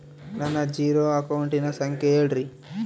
ನನ್ನ ಜೇರೊ ಅಕೌಂಟಿನ ಸಂಖ್ಯೆ ಹೇಳ್ರಿ?